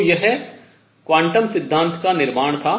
तो यह क्वांटम सिद्धांत का निर्माण था